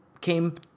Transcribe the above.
came